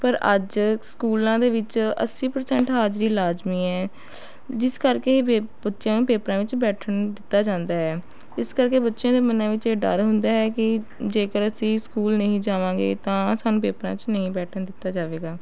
ਪਰ ਅੱਜ ਸਕੂਲਾਂ ਦੇ ਵਿੱਚ ਅੱਸੀ ਪਰਸੈਂਟ ਹਾਜ਼ਰੀ ਲਾਜਮੀ ਹੈ ਜਿਸ ਕਰਕੇ ਪੇ ਬੱਚਿਆਂ ਨੂੰ ਪੇਪਰਾਂ ਦੇ ਵਿੱਚ ਬੈਠਣ ਦਿੱਤਾ ਜਾਂਦਾ ਹੈ ਇਸ ਕਰਕੇ ਬੱਚਿਆ ਦੇ ਮਨਾਂ ਵਿੱਚ ਇਹ ਡਰ ਹੁੰਦਾ ਹੈ ਕਿ ਜੇਕਰ ਅਸੀਂ ਸਕੂਲ ਨਹੀਂ ਜਾਵਾਂਗੇ ਤਾਂ ਸਾਨੂੰ ਪੇਪਰਾਂ 'ਚ ਨਹੀਂ ਬੈਠਣ ਦਿੱਤਾ ਜਾਵੇਗਾ